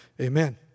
Amen